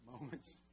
moments